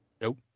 Nope